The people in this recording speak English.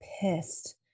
pissed